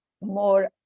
more